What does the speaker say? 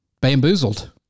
bamboozled